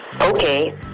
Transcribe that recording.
Okay